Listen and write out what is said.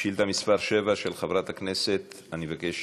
שאילתה מס' 761, של חברת הכנסת, אני מבקש